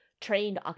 trained